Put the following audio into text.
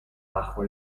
bajo